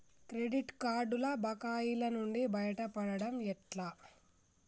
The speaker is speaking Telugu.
క్రెడిట్ కార్డుల బకాయిల నుండి బయటపడటం ఎట్లా?